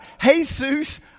Jesus